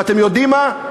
ואתם יודעים מה,